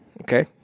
Okay